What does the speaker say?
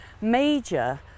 Major